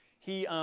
he,